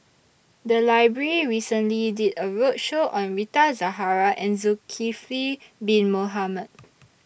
The Library recently did A roadshow on Rita Zahara and Zulkifli Bin Mohamed